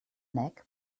nag